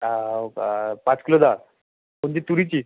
हो का पाच किलो डाळ कोणती तुरीची